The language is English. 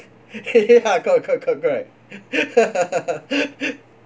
ya cor~ cor~ correct